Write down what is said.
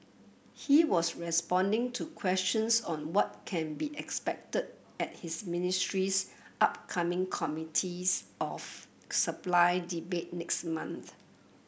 he was responding to questions on what can be expected at his ministry's upcoming Committee of Supply debate next month